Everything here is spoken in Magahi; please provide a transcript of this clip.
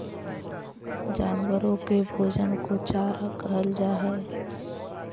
जानवरों के भोजन को चारा कहल जा हई